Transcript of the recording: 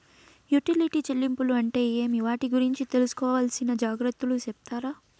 Utility చెల్లింపులు అంటే ఏమి? వాటి గురించి తీసుకోవాల్సిన జాగ్రత్తలు సెప్తారా?